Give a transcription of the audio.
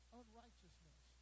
unrighteousness